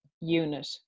unit